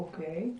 אוקיי.